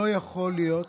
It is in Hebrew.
לא יכולות